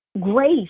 Grace